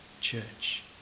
church